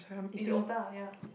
is otah ya